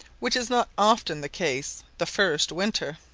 which is not often the case the first winter.